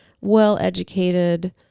well-educated